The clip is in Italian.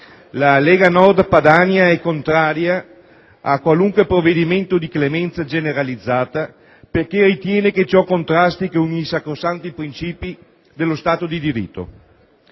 Lega Nord Padania è contrario a qualunque provvedimento di clemenza generalizzata, perché ritiene che ciò contrasti con i sacrosanti principi dello Stato di diritto.